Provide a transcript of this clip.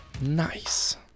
Nice